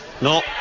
no